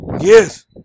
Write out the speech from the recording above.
Yes